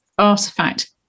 artifact